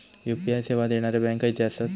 UPI सेवा देणारे bank खयचे आसत?